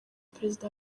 perezida